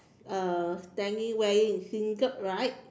uh standing wearing singlet right